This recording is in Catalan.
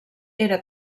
era